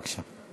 בבקשה.